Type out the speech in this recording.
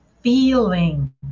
feeling